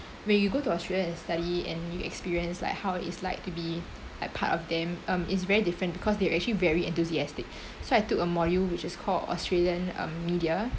when you go to australia and study and you experience like how it's like to be like part of them um it's very different because they are actually very enthusiastic so I took a module which is called australian um media